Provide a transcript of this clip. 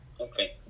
Okay